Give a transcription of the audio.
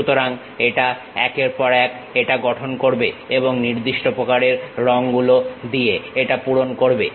সুতরাং এটা একের পর এক এটা গঠন করবে এবং নির্দিষ্ট প্রকারের রং গুলো দিয়ে এটা পূরণ করবে